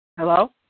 Hello